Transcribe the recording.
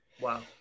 Wow